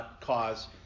cause